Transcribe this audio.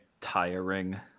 tiring